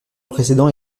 précédent